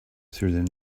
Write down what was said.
through